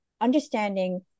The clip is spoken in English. understanding